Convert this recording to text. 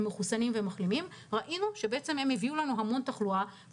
מחוסנים או מחלימים הביא המון תחלואה.